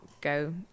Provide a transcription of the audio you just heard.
go